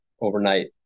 overnight